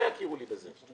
לא יכירו לי בזה.